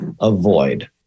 avoid